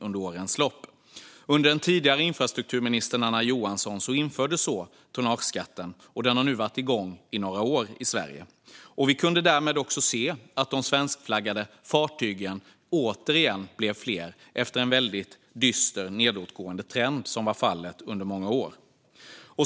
Under den tidigare infrastrukturministern Anna Johansson infördes så tonnageskatten, och den har nu varit igång i några år i Sverige. Vi kunde därmed se att de svenskflaggade fartygen återigen blev fler efter en väldigt dyster nedåtgående trend under många år.